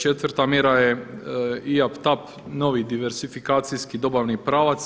Četvrta mjera je IAP TAP novi diversifikacijski dobavni pravac.